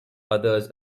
others